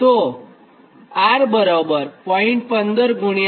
તો R 0